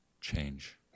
change